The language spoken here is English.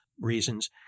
reasons